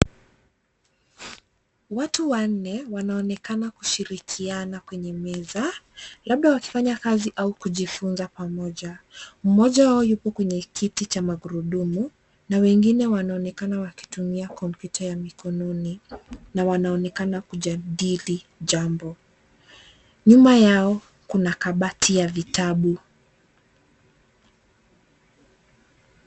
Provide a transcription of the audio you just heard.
Watu wanne wanaonekana kushirikiana kwenye meza labda wakifanya kazi au kujifunza pamoja. Mmoja wao yupo kwenye kiti cha magurudumu na wengine wanaonekana wakitumia kompyuta ya mikononi na wanaonekana kujadili jambo. Nyuma yao kuna kabati ya vitabu.